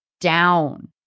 down